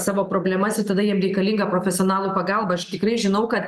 savo problemas ir tada jiem reikalinga profesionalų pagalba aš tikrai žinau kad